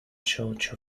church